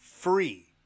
Free